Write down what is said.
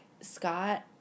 scott